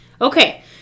Okay